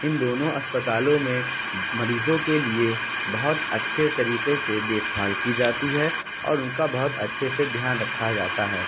ان دونوں اسپتالوں میں مریضوں کے لیے بہت اچھے طریقے سے دیکھ بھال کی جاتی ہے اور ان کا بہت اچھے سے دھیان رکھا جاتا ہے